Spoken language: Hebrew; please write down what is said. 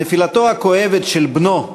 נפילתו הכואבת של בנו,